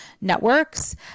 networks